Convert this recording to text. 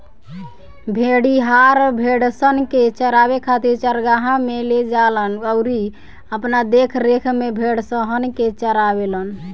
भेड़िहार, भेड़सन के चरावे खातिर चरागाह में ले जालन अउरी अपना देखरेख में भेड़सन के चारावेलन